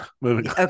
moving